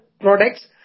products